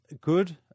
good